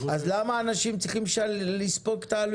אז למה אנשים צריכים לספוג את העלויות האלה?